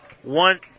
One